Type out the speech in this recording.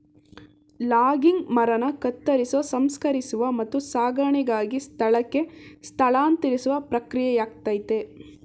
logging ಮರನ ಕತ್ತರಿಸೋ ಸಂಸ್ಕರಿಸುವ ಮತ್ತು ಸಾಗಣೆಗಾಗಿ ಸ್ಥಳಕ್ಕೆ ಸ್ಥಳಾಂತರಿಸುವ ಪ್ರಕ್ರಿಯೆಯಾಗಯ್ತೆ